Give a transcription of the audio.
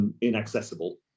inaccessible